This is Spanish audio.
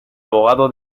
abogado